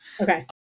Okay